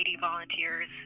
volunteers